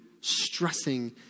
stressing